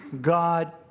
God